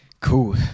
Cool